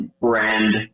brand